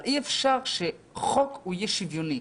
אבל אי אפשר שחוק יהיה שוויוני.